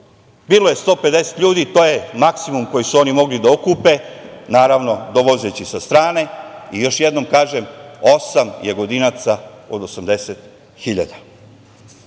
bilo je 150 ljudi, to je maksimum koji su oni mogli da okupe, naravno, dovozeći sa strane i još jednom kažem, osam Jagodinaca od